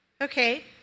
Okay